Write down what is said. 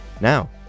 Now